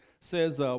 says